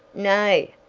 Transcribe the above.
nay,